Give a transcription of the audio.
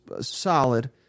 solid